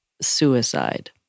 suicide